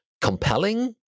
compelling